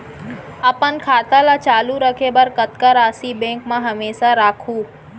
अपन खाता ल चालू रखे बर कतका राशि बैंक म हमेशा राखहूँ?